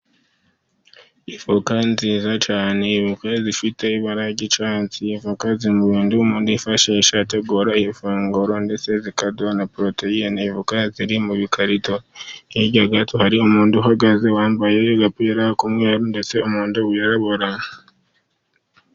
Avoka nziza cyane, avoka zifite ibara ry' icyatsi, avoka zifashishwa gutegura ifunguro, ndetse zikaduha proteyine, avoka ziri mu bikarito. hirya gato hari umuntu uhagaze wambaye agapira gasa umweru n'umuhondo wirabura.